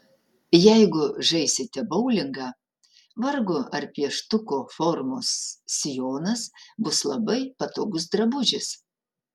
jeigu žaisite boulingą vargu ar pieštuko formos sijonas bus labai patogus drabužis